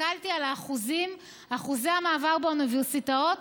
הסתכלתי על אחוזי המעבר באוניברסיטאות,